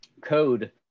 code